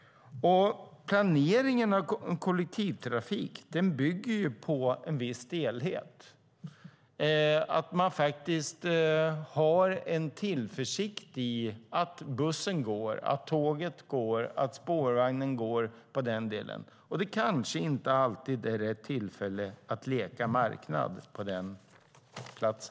Planeringen av kollektivtrafik bygger på en viss stelhet. Man har en tillförsikt i att bussen går, att tåget går och att spårvagnen går på den delen. Det kanske inte alltid är rätt tillfälle att leka marknad på den platsen.